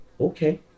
okay